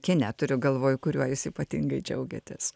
kine turiu galvoj kuriuo jūs ypatingai džiaugiatės